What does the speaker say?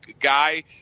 guy